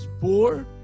poor